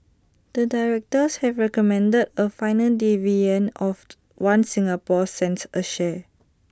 the directors have recommended A final dividend of One Singapore cents A share